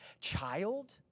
child